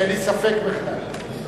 אין לי ספק בכלל.